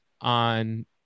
on